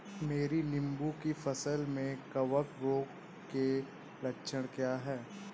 मेरी नींबू की फसल में कवक रोग के लक्षण क्या है?